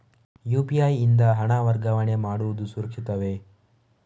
UPI ಯಿಂದ ಹಣ ವರ್ಗಾವಣೆ ಮಾಡುವುದು ಸುರಕ್ಷಿತವೇ?